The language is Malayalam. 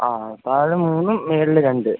ആ ആ താഴെ മൂന്ന് മുകളില് രണ്ട്